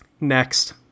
Next